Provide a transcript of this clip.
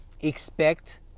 expect